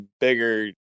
bigger